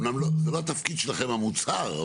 אמנם זה לא התפקיד שלכם המוצהר,